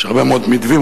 יש הרבה מאוד מתווים,